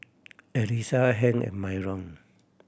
Elisa Hank and Myron